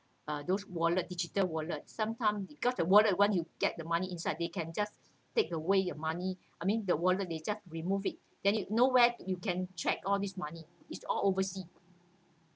uh those wallet digital wallet sometimes you got the wallet one you get the money inside they can just take away your money I mean the wallet they just remove it then you know where you can't track all this money it's all overseas